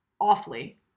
awfully